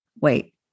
wait